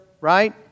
right